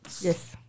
yes